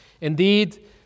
Indeed